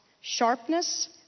Sharpness